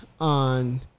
on